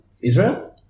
Israel